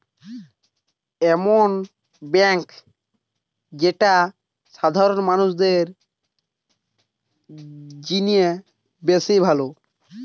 এমন বেঙ্ক যেটা সাধারণ মানুষদের জিনে বেশ ভালো